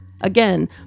Again